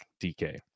DK